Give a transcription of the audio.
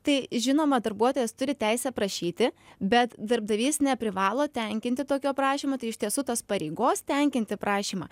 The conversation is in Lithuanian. tai žinoma darbuotojas turi teisę prašyti bet darbdavys neprivalo tenkinti tokio prašymo tai iš tiesų tas pareigos tenkinti prašymą